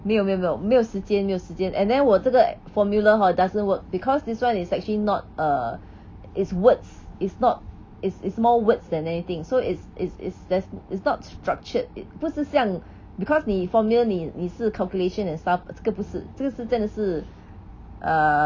没有没有没有没有时间没有时间 and then 我这个 formula hor doesn't work because this [one] is actually not err it's words it's not is is more words than anything so is is is is there's it's not structured it 不是像 because 你 formula 你你是 calculation and stuff 这个不是这个是真的是 uh